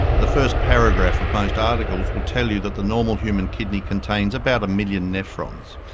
the first paragraph of most articles will tell you that the normal human kidney contains about a million nephrons.